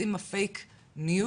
יוצאים הפייק ניוז.